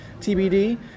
TBD